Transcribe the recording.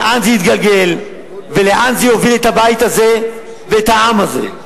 לאן זה יתקדם ולאן זה יוביל את הבית הזה ואת העם הזה?